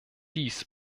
dies